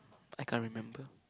I can't remember